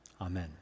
Amen